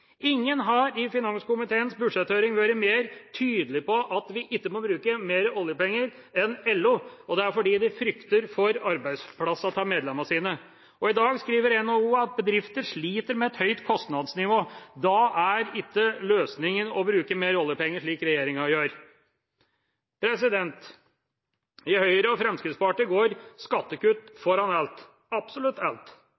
Ingen i finanskomiteens budsjetthøring har vært mer tydelig enn LO på at vi ikke må bruke mer oljepenger. Det er fordi de frykter for arbeidsplassene til medlemmene sine. I dag skriver NHO at bedrifter sliter med et høyt kostnadsnivå. Da er ikke løsningen å bruke mer oljepenger, slik regjeringa gjør. I Høyre og Fremskrittspartiet går skattekutt